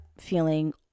feeling